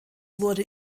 wurde